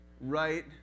right